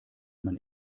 man